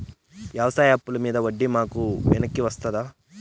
వ్యవసాయ అప్పుల మీద వడ్డీ మాకు వెనక్కి వస్తదా?